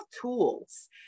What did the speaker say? tools